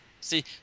see